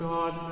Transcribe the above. God